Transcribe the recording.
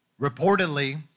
Reportedly